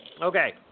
Okay